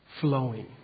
flowing